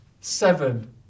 Seven